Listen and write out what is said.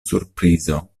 surprizo